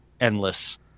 endless